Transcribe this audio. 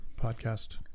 podcast